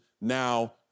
now